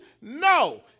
No